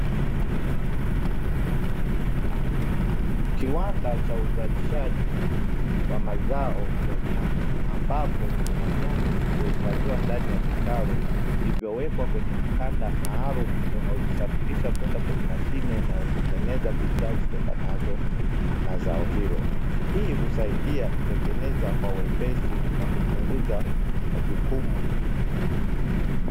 Kiwanda cha uzalishaji wa mazao ya nyanya ambako kuna nyanya zilizohifadhiwa ndani ya vitalu vilivyowekwa kwenye mkanda maalum unaozisafirisha kwenda kwenye mashine inayotengeneza bidhaa kutoka zitokanazo na zao hilo, hii husaidia kutengeneza kwa wepesi na kupunguza majukumu yao.